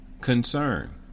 concern